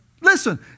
Listen